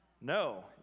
No